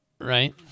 Right